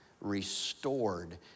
restored